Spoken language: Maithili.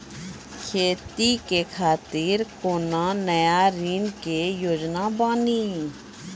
खेती के खातिर कोनो नया ऋण के योजना बानी?